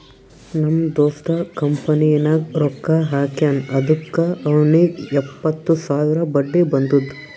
ನಮ್ ದೋಸ್ತ ಕಂಪನಿನಾಗ್ ರೊಕ್ಕಾ ಹಾಕ್ಯಾನ್ ಅದುಕ್ಕ ಅವ್ನಿಗ್ ಎಪ್ಪತ್ತು ಸಾವಿರ ಬಡ್ಡಿ ಬಂದುದ್